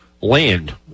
land